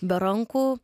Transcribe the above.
be rankų